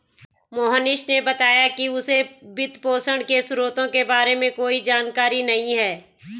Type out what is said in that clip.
मोहनीश ने बताया कि उसे वित्तपोषण के स्रोतों के बारे में कोई जानकारी नही है